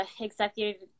executive